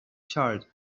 charred